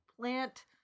plant